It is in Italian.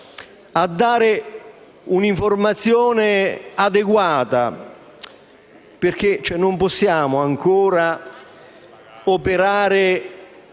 a dare un'informazione adeguata, perché non possiamo ancora operare